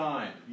Time